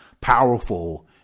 powerful